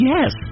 Yes